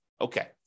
Okay